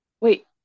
wait